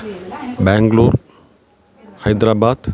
Bangalore Hyderabad